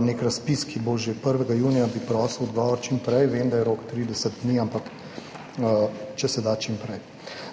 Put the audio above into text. neki razpis, ki bo že 1. junija, bi prosil za odgovor čim prej. Vem, da je rok 30 dni, ampak če se da, čim prej.